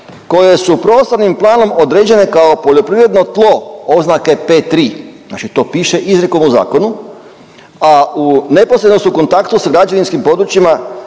koje su prostornim planom određene kao poljoprivredno tlo oznake P3, znači to piše izrijekom u zakonu, a u neposrednom su kontaktu sa građevinskim područjima